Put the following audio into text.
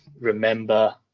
remember